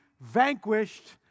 vanquished